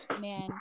man